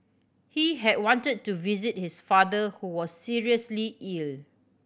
he had wanted to visit his father who was seriously ill